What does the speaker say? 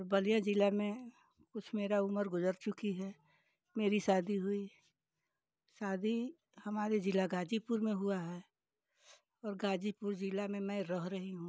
बलिया जिला में कुछ मेरा उम्र गुजर चुकी है मेरी शादी हुई शादी हमारे जिला गाजीपुर में हुआ है और गाजीपुर जिला में मैं रह रही हूँ